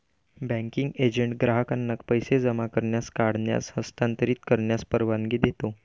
banking agent ग्राहकांना पैसे जमा करण्यास, काढण्यास, हस्तांतरित करण्यास परवानगी देतो